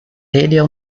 telha